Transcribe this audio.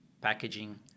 packaging